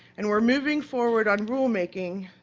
and we're moving forward on rulemaking